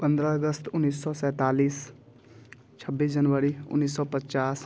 पंद्रह अगस्त उन्नीस सौ सैंतालीस छब्बीस जनवरी उन्नीस सौ पचास